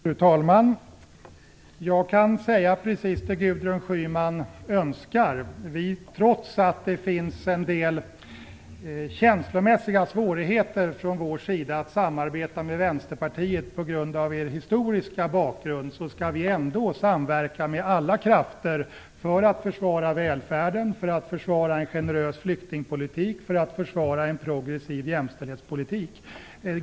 Fru talman! Jag kan säga precis det Gudrun Schyman önskar. Trots att vi har en del känslomässiga svårigheter att samarbeta med Vänsterpartiet på grund av dess historiska bakgrund skall vi ändå samverka med alla krafter för att försvara välfärden, för att försvara en generös flyktingpolitik, för att försvara en progressiv jämställdhetspolitik.